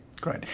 Great